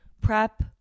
prep